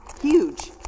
Huge